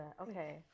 Okay